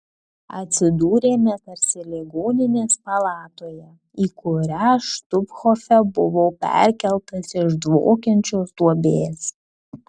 atsidūrėme tarsi ligoninės palatoje į kurią štuthofe buvau perkeltas iš dvokiančios duobės